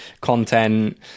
content